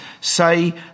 say